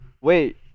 Wait